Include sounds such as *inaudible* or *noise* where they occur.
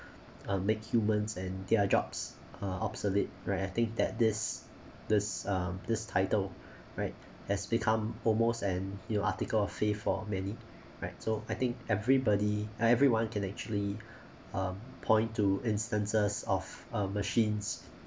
*breath* um make humans and their jobs uh obsolete right I think that this this um this title *breath* right has become almost and you know article of faith for many right so I think everybody uh everyone can actually *breath* um point to instances of uh machines